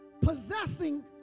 Possessing